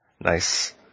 Nice